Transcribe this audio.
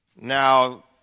Now